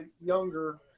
younger